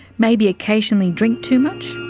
maybe occasionally drink too much?